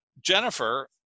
Jennifer